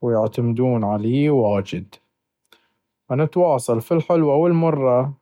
ويعتمدون علي واجد، ونتواصل في الحلوة والمرة،